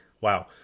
Wow